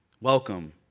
Welcome